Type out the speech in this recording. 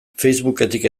facebooketik